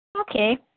Okay